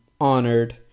honored